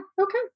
Okay